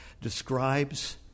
describes